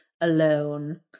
alone